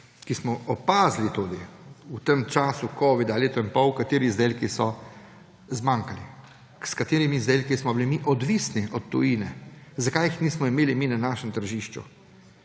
ker smo opazili tudi v tem času covida leto in pol, kateri izdelki so zmanjkali, s katerimi izdelki smo bili mi odvisni od tujine. Zakaj jih nismo imeli mi na našem tržišču?